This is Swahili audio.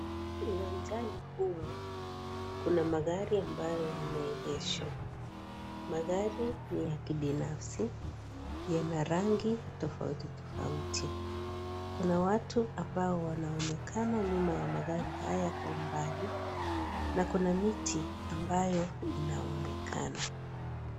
Uwanjani huo kuna magari ambayo imeegeshwa. Magari ni ya kibinafsi. Yana rangi tofauti tofauti. Kuna watu ambao wanaonekana nyuma ya magari haya kwa umbali na kuna miti ambayo inaonekana.